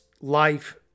life